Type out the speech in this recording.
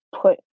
put